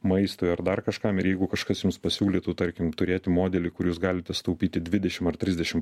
maistui ar dar kažkam ir jeigu kažkas jums pasiūlytų tarkim turėti modelį kur jūs galite sutaupyti dvidešimt ar trisdešimt